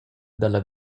dalla